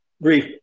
brief